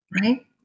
right